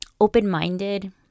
open-minded